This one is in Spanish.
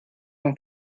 con